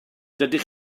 dydych